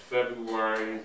February